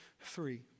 three